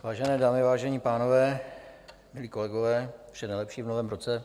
Vážené dámy, vážení pánové, milí kolegové, vše nejlepší v novém roce.